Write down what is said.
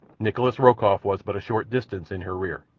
nikolas rokoff was but a short distance in her rear.